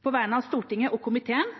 På vegne av Stortinget og komiteen